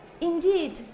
Indeed